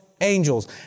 angels